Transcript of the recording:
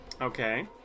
Okay